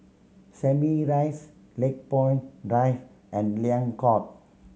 Simei Rise Lakepoint Drive and Liang Court